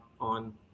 on